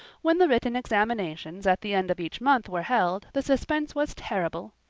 when the written examinations at the end of each month were held the suspense was terrible.